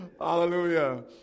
Hallelujah